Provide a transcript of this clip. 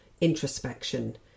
introspection